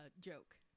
joke